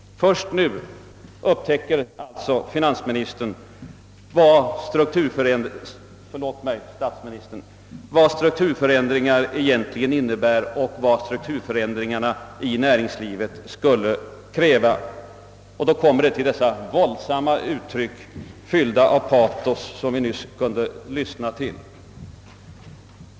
Först nu upptäcker alltså statsministern vad = strukturförändringar egentligen innebär och vad de kräver inom näringslivet. Då kommer dessa våldsamma deklarationer, fyllda av patos, som vi nyss kunde lyssna till.